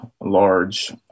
large